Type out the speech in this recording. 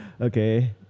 Okay